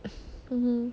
mmhmm